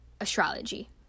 astrology